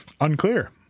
unclear